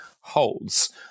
holds